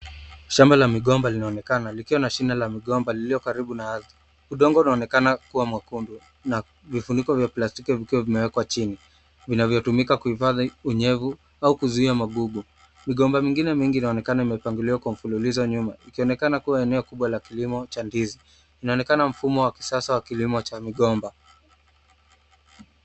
Shamba la migomba linaonekana likiwa na shina la migomba lililo karibu nazo. Udongo unaonekana kuwa mwekundu na vifuniko vya plastiki vikiwa vimewekwa chini vinavyotumika kuhifadhi unyevu au kuzuia mabubu. Migomba mengine mengi inaonekana imepangiliwa kwa mfululizo nyuma, ikionekana kuwa ni eneo kubwa la kilimo cha ndizi. Inaonekana mfumo wa kisasa wa kilimo cha migomba.